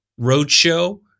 roadshow